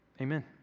Amen